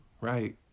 right